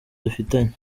dufitanye